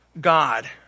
God